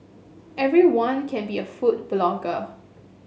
everyone can be a food blogger